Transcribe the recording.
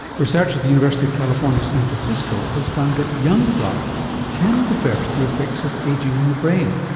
research at the university of california san francisco has found that young blood can reverse the effects of ageing on the brain.